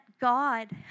God